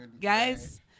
Guys